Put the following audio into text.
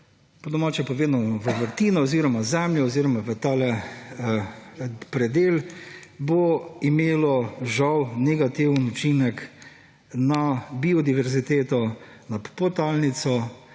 po domače povedano v vrtino oziroma zemljo oziroma v tale predel, bo imelo žal negativen učinek na biodiverziteto, na podtalnico